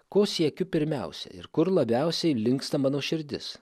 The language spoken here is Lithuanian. ko siekiu pirmiausia ir kur labiausiai linksta mano širdis